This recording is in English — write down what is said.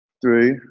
three